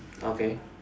okay